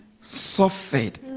suffered